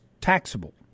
taxable